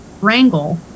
wrangle